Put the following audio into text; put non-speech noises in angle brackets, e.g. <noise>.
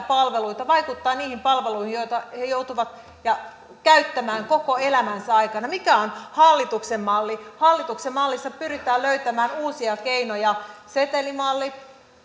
<unintelligible> palveluita vaikuttaa niihin palveluihin joita he joutuvat käyttämään koko elämänsä aikana mikä on hallituksen malli hallituksen mallissa pyritään löytämään uusia keinoja esimerkiksi setelimalli